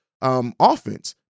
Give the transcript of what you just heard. offense